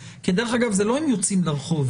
דרך אגב זב לא הם יוצאים לרחוב,